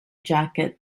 jacket